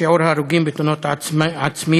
שיעור ההרוגים בתאונות עצמיות,